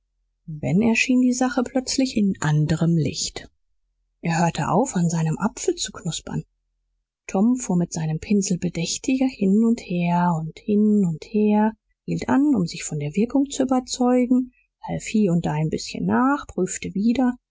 ben erschien die sache plötzlich in anderem lichte er hörte auf an seinem apfel zu knuppern tom fuhr mit seinem pinsel bedächtig hin und her hin und her hielt an um sich von der wirkung zu überzeugen half hier und da ein bißchen nach prüfte wieder